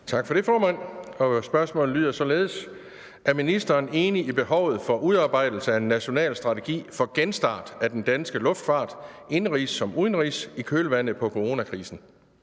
Tak for det, formand. Spørgsmålet lyder således: Er ministeren enig i behovet for udarbejdelse af en national strategi for genstart af den danske luftfart – indenrigs som udenrigs – i kølvandet på coronakrisen?